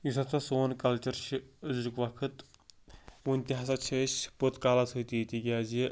یُس ہسا سوٗن کلچر چھُ أزیک وقت وُنہِ تہِ ہسا چھِ أسۍ پوٚت کالس سۭتی تِکیٛازِ